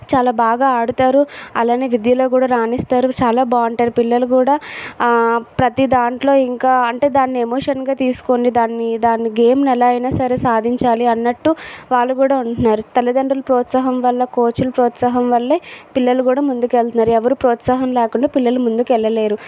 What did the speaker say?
చాలా బాగా ఆడుతారు అలాగే విద్యలో కూడా రాణిస్తారు చాలా బాగుంటారు పిల్లలు కూడా ప్రతి దాంట్లో ఇంకా అంటే దాన్ని ఎమోషన్గా తీసుకొని దాని దాని గేమ్ ఎలా అయినా సరే సాధించాలి అన్నట్టు వాళ్ళు కూడా ఉంటున్నారు తల్లిదండ్రులు ప్రోత్సాహం వల్ల కోచ్ల ప్రోత్సాహం వల్ల పిల్లలు కూడా ముందుకు వెళ్తున్నారు ఎవరు ప్రోత్సాహం లేకుండా పిల్లలు ముందుకు వెళ్ళలేరు